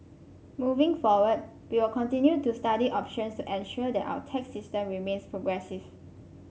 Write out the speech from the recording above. moving forward we will continue to study options to ensure that our tax system remains progressive